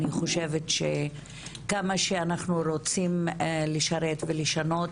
אני חושבת שכמה שאנחנו רוצים לשרת ולשנות